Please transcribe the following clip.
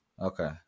Okay